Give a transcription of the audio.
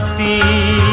the